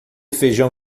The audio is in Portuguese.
feijão